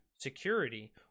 security